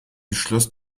beschloss